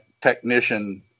technician